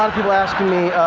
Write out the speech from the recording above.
um people asking me,